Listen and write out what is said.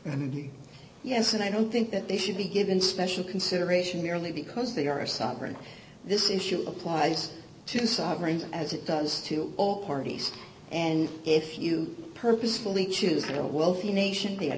me yes and i don't think that they should be given special consideration merely because they are a sovereign this issue applies to sovereignty as it does to all parties and if you purposefully choose the wealthy nation th